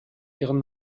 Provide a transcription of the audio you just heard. ihren